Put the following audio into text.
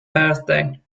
birthday